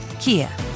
Kia